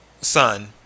son